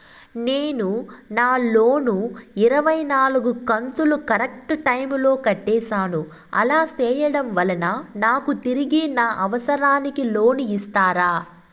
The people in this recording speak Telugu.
నేను నా లోను ఇరవై నాలుగు కంతులు కరెక్టు టైము లో కట్టేసాను, అలా సేయడం వలన నాకు తిరిగి నా అవసరానికి లోను ఇస్తారా?